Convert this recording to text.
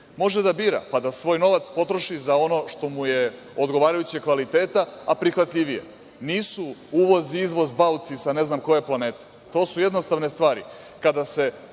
može da bira pa da svoj novac potroši za ono što mu je odgovarajućeg kvaliteta, a prihvatljivije. Nisu uvoz i izvoz bauci sa ne znam koje planete. To su jednostavne stvari.